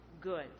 good